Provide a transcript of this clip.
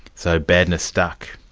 so badness stuck?